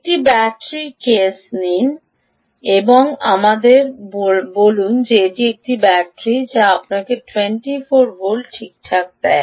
একটি battery case নিন এবং আমাদের বলি এটি একটি ব্যাটারি যা আপনাকে 24 ভোল্টগুলি ঠিকঠাক দেয়